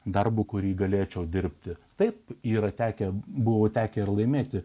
darbo kurį galėčiau dirbti taip yra tekę buvo tekę laimėti